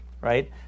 right